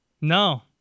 No